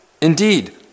Indeed